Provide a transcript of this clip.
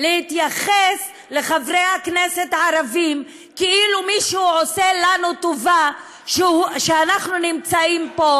להתייחס לחברי הכנסת הערבים כאילו מישהו עושה לנו טובה שאנחנו נמצאים פה